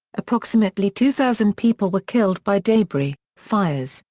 approximately two thousand people were killed by debris, fires,